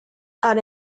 are